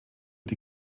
die